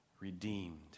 redeemed